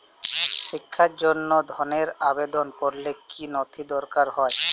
শিক্ষার জন্য ধনের আবেদন করলে কী নথি দরকার হয়?